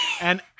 And-